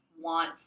want